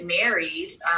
married